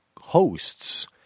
hosts